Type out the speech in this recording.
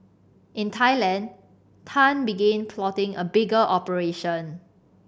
in Thailand Tan began plotting a bigger operation